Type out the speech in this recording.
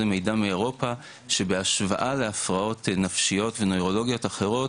זה מידע מאירופה שבהשוואה להפרעות נפשיות ונירולוגיות אחרות,